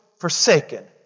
forsaken